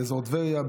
באזור טבריה,